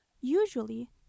Usually